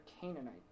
Canaanite